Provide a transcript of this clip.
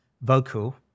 vocal